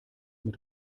mit